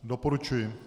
Doporučuji.